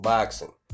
Boxing